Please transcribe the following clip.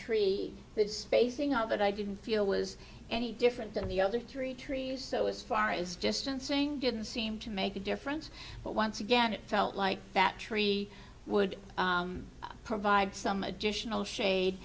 tree the spacing of it i didn't feel was any different than the other three trees so as far as just and saying didn't seem to make a difference but once again it felt like that tree would provide some additional shade